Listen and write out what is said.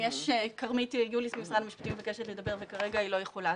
אם כרמית יוליס ממשרד המשפטים מבקשת לדבר וכרגע היא לא יכולה,